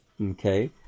Okay